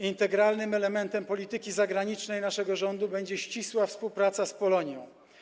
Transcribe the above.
Integralnym elementem polityki zagranicznej naszego rządu będzie ścisła współpraca z Polonią.